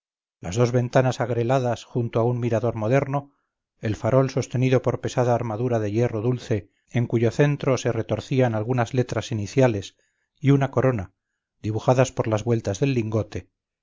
las dos ventanas angreladas junto a un mirador moderno el farol sostenido por pesada armadura de hierro dulce en cuyo centro se retorcían algunas letras iniciales y una corona dibujadas con las vueltas del lingote